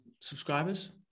subscribers